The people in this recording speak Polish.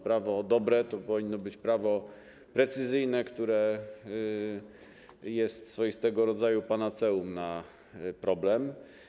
Prawo dobre to powinno być prawo precyzyjne, które jest swoistego rodzaju panaceum na problem.